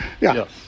Yes